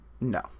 No